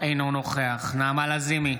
אינו נוכח נעמה לזימי,